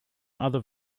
other